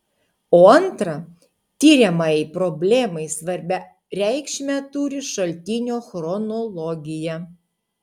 o antra tiriamajai problemai svarbią reikšmę turi šaltinio chronologija